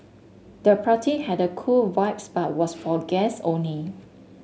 the party had a cool vibes but was for guests only